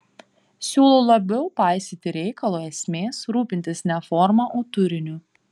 siūlau labiau paisyti reikalo esmės rūpintis ne forma o turiniu